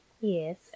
Yes